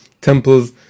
temples